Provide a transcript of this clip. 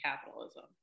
capitalism